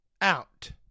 Out